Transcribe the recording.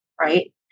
Right